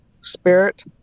spirit